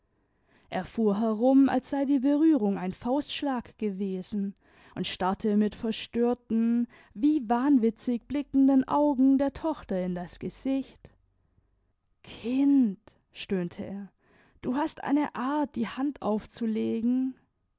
er fuhr herum als sei die berührung ein faustschlag gewesen und starrte mit verstörten wie wahnwitzig blickenden augen der tochter in das gesicht kind stöhnte er du hast eine art die hand aufzulegen